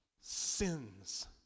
sins